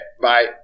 Bye